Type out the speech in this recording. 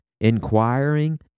inquiring